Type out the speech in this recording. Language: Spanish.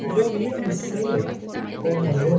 yo sé cómo yo